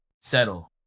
settle